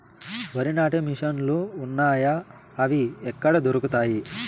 వరి నాటే మిషన్ ను లు వున్నాయా? అవి ఎక్కడ దొరుకుతాయి?